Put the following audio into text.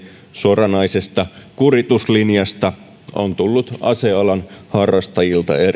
suoranaisesta aseharrastajien kurituslinjasta on tullut ase alan harrastajilta